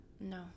no